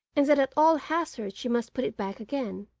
and that at all hazards she must put it back again.